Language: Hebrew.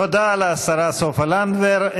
תודה לשרה סופה לנדבר.